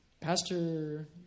Pastor